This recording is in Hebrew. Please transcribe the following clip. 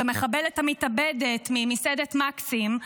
את המחבלת המתאבדת במסעדת מקסים,